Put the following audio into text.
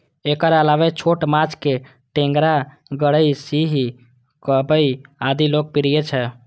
एकर अलावे छोट माछ मे टेंगरा, गड़ई, सिंही, कबई आदि लोकप्रिय छै